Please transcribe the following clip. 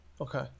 okay